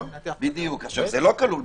זה לא כלול,